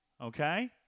Okay